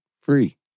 free